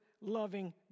loving